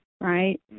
right